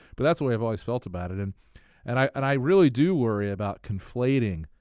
but that's the way i've always felt about it. and and i and i really do worry about conflating